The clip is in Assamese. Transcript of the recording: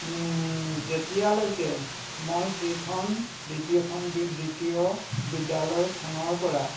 যেতিয়ালৈকে মই সেইখন দ্বিতীয়খন দ্বিতীয় বিদ্যালয়খনৰ পৰা